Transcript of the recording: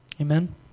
Amen